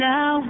Now